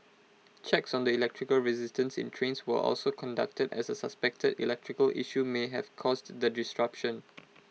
checks on the electrical resistance in trains were also conducted as A suspected electrical issue may have caused the disruption